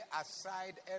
aside